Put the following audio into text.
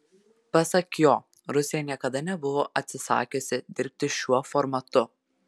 pasak jo rusija niekada nebuvo atsisakiusi dirbti šiuo formatu